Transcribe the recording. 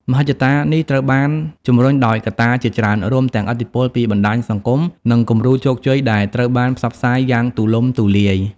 មហិច្ឆតានេះត្រូវបានជំរុញដោយកត្តាជាច្រើន រួមទាំងឥទ្ធិពលពីបណ្តាញសង្គម និងគំរូជោគជ័យដែលត្រូវបានផ្សព្វផ្សាយយ៉ាងទូលំទូលាយ។